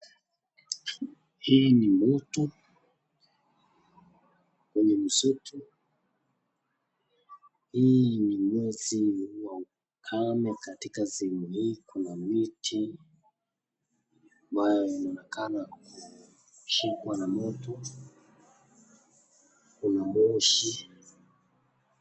Hii ni moto kwenye msitu, hii ni mwezi wa ukame katika sehemu hii. Kuna miti ambayo inaonekana kushikwa na moto, kuna moshi.